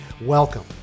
welcome